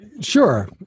Sure